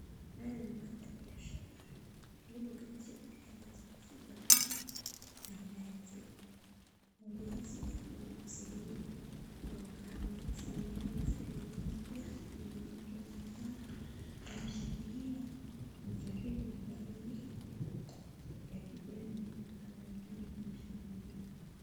Haya mandhari ya shambani. Kilimo kinaendelea pale cha kufuga ng'ombe aina ya Zebu. Ng'ombe hizi hufugwa sehemu ya ukame zinaonekana zikiwa nyingi pia. Kuna mwanamke anayeonekana ameshikilia mfereji wa rangi ya kijani anaonekana akiosha ng'ombe hiyo.